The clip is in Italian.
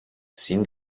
sin